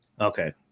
Okay